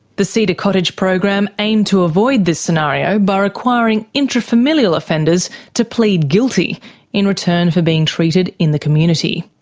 the cedar cottage program aimed to avoid this scenario by requiring intrafamilial offenders to plead guilty in return for being treated in the community.